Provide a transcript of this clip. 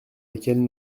lesquelles